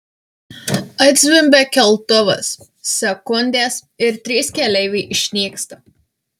atzvimbia keltuvas sekundės ir trys keleiviai išnyksta